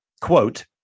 Quote